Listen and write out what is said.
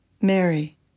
Mary